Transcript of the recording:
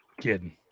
kidding